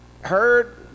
heard